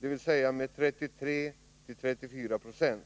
dvs. med 33-34 20.